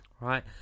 right